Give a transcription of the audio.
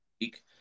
week